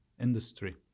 industry